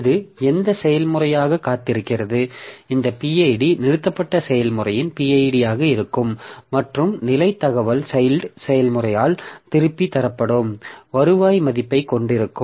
இது எந்த செயல்முறையாக காத்திருக்கிறது இந்த pid நிறுத்தப்பட்ட செயல்முறையின் pid ஆக இருக்கும் மற்றும் நிலைத் தகவல் சைல்ட் செயல்முறையால் திருப்பித் தரப்படும் வருவாய் மதிப்பைக் கொண்டிருக்கும்